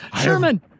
Sherman